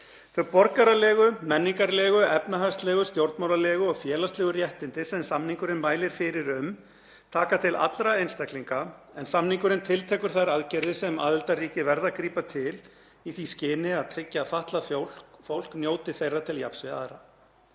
Þau borgaralegu, menningarlegu, efnahagslegu, stjórnmálalegu og félagslegu réttindi sem samningurinn mælir fyrir um taka til allra einstaklinga, en samningurinn tiltekur þær aðgerðir sem aðildarríki verða að grípa til í því skyni að tryggja að fatlað fólk njóti þeirra til jafns við aðra.